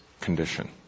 condition